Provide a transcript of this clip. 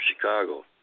Chicago